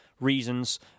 reasons